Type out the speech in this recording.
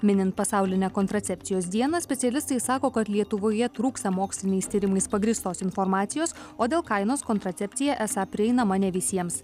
minint pasaulinę kontracepcijos dieną specialistai sako kad lietuvoje trūksta moksliniais tyrimais pagrįstos informacijos o dėl kainos kontracepcija esą prieinama ne visiems